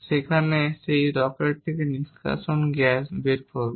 সেখানে সেই রকেট থেকে নিষ্কাশন গ্যাস বের হবে